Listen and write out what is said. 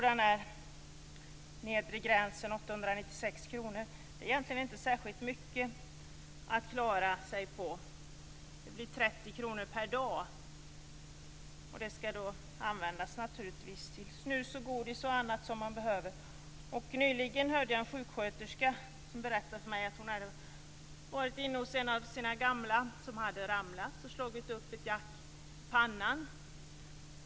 Den nedre gränsen 896 kr per månad innebär att de gamla egentligen inte har särskilt mycket att klara sig på. Det blir 30 kr per dag, som naturligtvis skall användas till snus, godis och annat som man behöver. Nyligen berättade en sjuksköterska för mig att hon hade varit inne hos en av sina gamla, som hade ramlat och slagit upp ett jack i pannan.